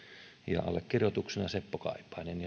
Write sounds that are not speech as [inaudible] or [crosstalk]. ja allekirjoituksena seppo kaipainen [unintelligible]